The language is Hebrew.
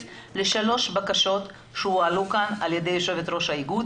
לשלוש בקשות שעלו כאן על-ידי יושב-ראש האיגוד.